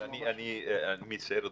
אני מצטער,